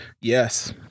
Yes